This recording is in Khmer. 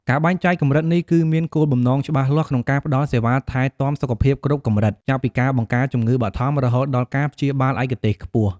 ការបែងចែកកម្រិតនេះគឺមានគោលបំណងច្បាស់លាស់ ក្នុងការផ្តល់សេវាថែទាំសុខភាពគ្រប់កម្រិត ចាប់ពីការបង្ការជំងឺបឋម រហូតដល់ការព្យាបាលឯកទេសខ្ពស់។